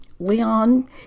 Leon